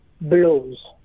blows